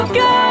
go